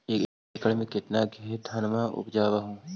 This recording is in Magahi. एक एकड़ मे कितना धनमा उपजा हू?